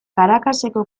caracaseko